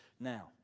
now